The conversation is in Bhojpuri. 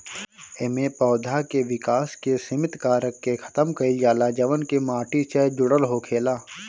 एमे पौधा के विकास के सिमित कारक के खतम कईल जाला जवन की माटी से जुड़ल होखेला